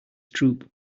droop